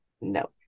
No